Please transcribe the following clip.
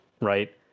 right